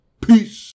Peace